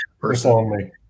personally